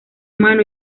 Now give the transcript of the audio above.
mano